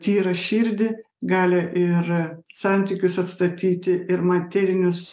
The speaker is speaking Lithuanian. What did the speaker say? tyrą širdį gali ir santykius atstatyti ir materinius